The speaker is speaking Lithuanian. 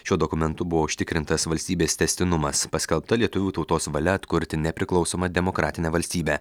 šiuo dokumentu buvo užtikrintas valstybės tęstinumas paskelbta lietuvių tautos valia atkurti nepriklausomą demokratinę valstybę